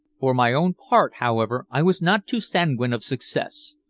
for my own part, however, i was not too sanguine of success.